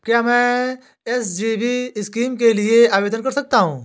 क्या मैं SGB scheme के लिए आवेदन कर सकता हूँ?